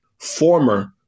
former